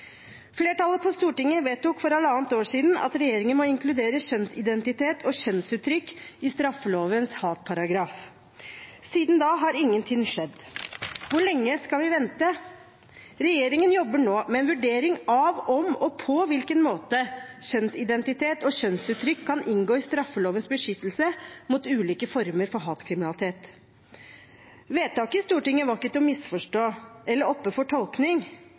Flertallet på Stortinget vedtok for halvannet år siden at regjeringen må inkludere kjønnsidentitet og kjønnsuttrykk i straffelovens hatparagraf. Siden da har ingenting skjedd. Hvor lenge skal vi vente? Regjeringen jobber nå med en vurdering av, om og på hvilken måte kjønnsidentitet og kjønnsuttrykk kan inngå i straffelovens beskyttelse mot ulike former for hatkriminalitet. Vedtaket i Stortinget var ikke til å misforstå eller oppe til tolkning,